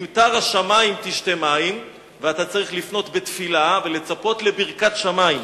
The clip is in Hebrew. "למטר השמים תשתה מים" ואתה צריך לפנות בתפילה ולצפות לברכת שמים.